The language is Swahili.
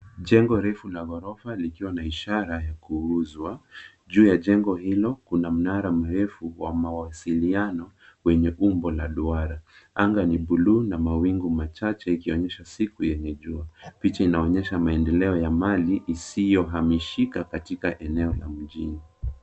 Jengo refu la ghorofa likiwa na ishara ya kuuzwa. Juu ya jengo hilo, kuna mnara mrefu wa mawasiliano wenye umbo la duara. Anga ni buluu na mawingu machache, yakiashiria siku ya jua. Picha inaonyesha maendeleo ya mali isiyohamishika katika eneo la mjini.